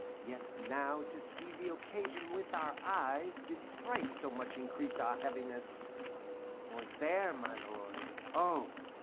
yet now to see the occasion with our eyes did thrice so much increase our heaviness for there, my lord, oh,